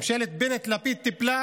ממשלת בנט-לפיד טיפלה